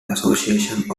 association